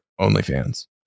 OnlyFans